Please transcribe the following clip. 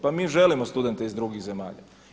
Pa mi želimo studente iz drugih zemalja.